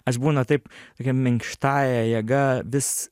aš būna taip tokia minkštąja jėga vis